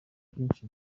vyinshi